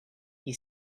you